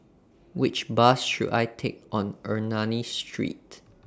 Which Bus should I Take to Ernani Street